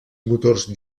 motors